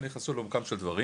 אלא הם נכנסו לעומקם של הדברים,